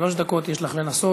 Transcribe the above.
שלוש דקות יש לך לנסות.